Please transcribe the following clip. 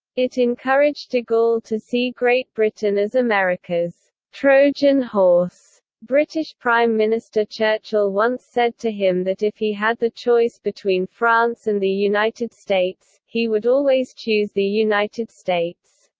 it encouraged de gaulle to see great britain as america's trojan horse british prime minister churchill once said to him that if he had the choice between france and the united states, he would always choose the united states.